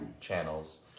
channels